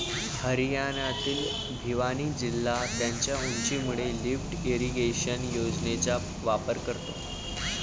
हरियाणातील भिवानी जिल्हा त्याच्या उंचीमुळे लिफ्ट इरिगेशन योजनेचा वापर करतो